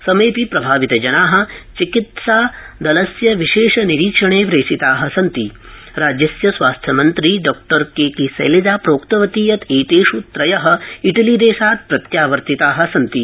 समेडपि प्रभावितजना विशेष चिकित्सादलस्य निरीक्षणे प्रेषिता सन्ति राज्यस्य स्वास्थ्यमन्त्री केकेशैलजा प्रोक्तवती यत् एतेष् त्रय इटली देशात् प्रत्यावर्तिताः सन्ति